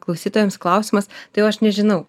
klausytojams klausimas tai o aš nežinau